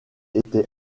était